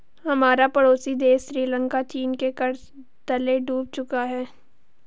हमारा पड़ोसी देश श्रीलंका चीन के कर्ज तले डूब चुका है